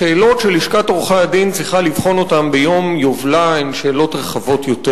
השאלות שלשכת עורכי-הדין צריכה לבחון ביום יובלה הן שאלות רחבות יותר.